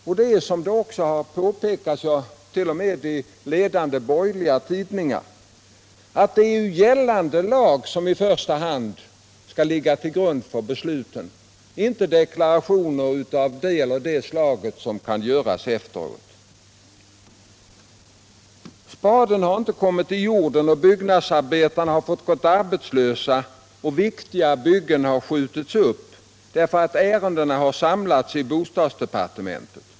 Det är — som också har påpekats t.o.m. i ledande borgerliga tidningar — gällande lag som i första hand skall ligga till grund för besluten, och inte deklarationer av det ena eller andra slaget som gjorts efteråt. Spaden har inte kommit i jorden, byggnadsarbetarna har fått gå arbetslösa och viktiga byggen har skjutits upp därför att ärendena har samlats i bostadsdepartementet.